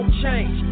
change